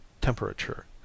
temperature